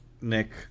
Nick